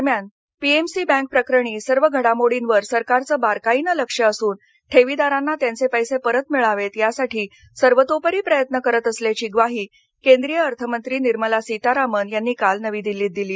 दरम्यान P M C bank प्रकरणी सर्व घडामोडींवर सरकारचं बारकाईनं लक्ष असुन ठेवीदारांना त्यांचे पैसे परत मिळावेत यासाठी सर्वतोपरी प्रयत्न करत असल्याची ग्वाही केंद्रीय अर्थमंत्री निर्मला सीतारामन यांनी काल नवी दिल्लीत दिली